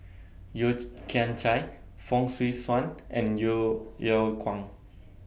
Yeo Kian Chye Fong Swee Suan and Yeo Yeow Kwang